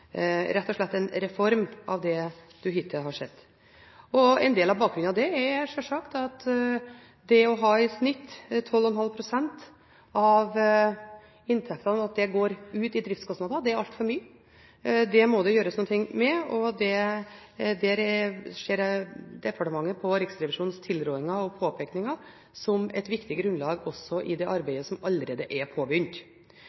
rett og slett en reform av det du hittil har sett. En del av bakgrunnen for det er selvsagt at det at i snitt 12,5 pst. av inntektene går ut i driftskostnader, er altfor mye. Dette må det gjøres noe med, og der ser departementet på Riksrevisjonens tilråding og påpekninger som et viktig grunnlag, også i det